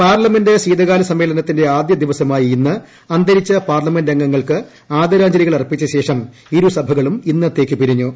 parliament ശീതകാ്ലസ്സ്മ്മേളനത്തിന്റെ ആദ്യദിവസമായ ഇന്ന് അന്തരിച്ച് പാർലമെന്റ് അംഗങ്ങൾക്ക് ആദരാഞ്ജലികൾ അർപ്പിച്ച്ൾഷം ഇരുസഭകളും ഇന്നത്തേക്ക് പിരിഞ്ഞു